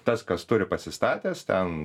tas kas turi pasistatęs ten